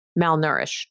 malnourished